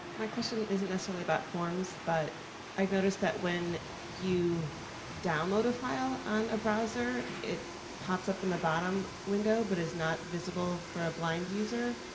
my question isn't necessarily about forms, but i've noticed that when you download a file on a browser it pops up in the bottom window but is not visible for a blind user.